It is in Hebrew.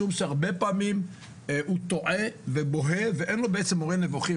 הרבה פעמים הוא תועה ובוהה ואין לו מורה נבוכים,